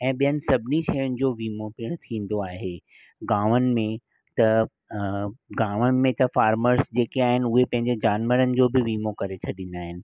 ऐं ॿियनि सभिनी शयुनि जो विमो पिणु थींदो आहे गावनि में त गावनि में त फार्मर्स जेके आहिनि उहे पंहिंजे जानवरनि जो बि विमो करे छॾींदा आहिनि